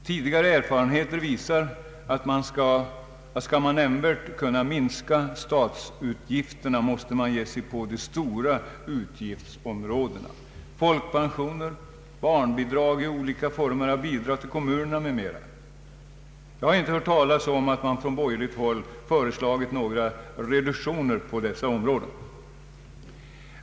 Tidigare erfarenheter visar att om man nämnvärt skall kunna minska statsutgifterna måste man ge sig på de stora utgiftsområdena: folkpensioner, barnbidrag, olika former av bidrag till kommunerna m.m. Jag har inte hört talas om att man från borgerligt håll föreslagit några reduktioner på dessa områden.